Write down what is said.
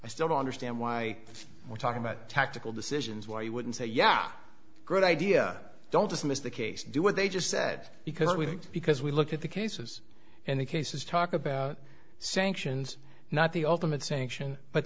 i still don't understand why we're talking about tactical decisions why he wouldn't say yeah good idea don't dismiss the case do what they just said because we think because we look at the cases and the cases talk about sanctions not the ultimate sanction but